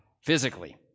physically